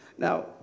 Now